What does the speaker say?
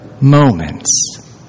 moments